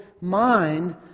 mind